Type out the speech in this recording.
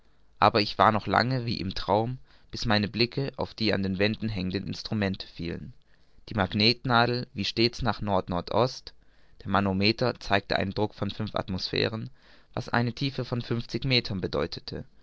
aber ich war noch lange wie im traum bis meine blicke auf die an den wänden hängenden instrumente fielen die magnetnadel wies stets nach nord nord ost der manometer zeigte einen druck von fünf atmosphären was eine tiefe von fünfzig meter bedeutete